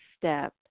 step